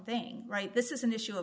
thing right this is an issue of